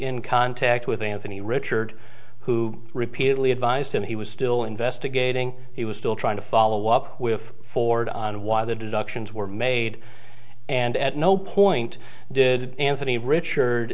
in contact with anthony richard who repeatedly advised him he was still investigating he was still trying to follow up with ford on why the deductions were made and at no point did anthony richard